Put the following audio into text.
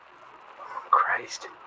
Christ